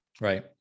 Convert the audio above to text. Right